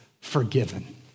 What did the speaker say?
forgiven